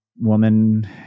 woman